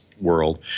world